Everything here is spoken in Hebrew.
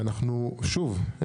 ושוב,